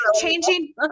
changing